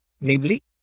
namely